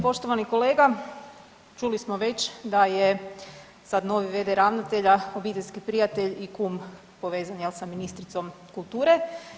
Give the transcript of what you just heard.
Poštovani kolega, čuli smo već da je sad novi v.d. ravnatelja obiteljski prijatelj i kum povezan jel sa ministricom kulture.